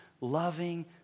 loving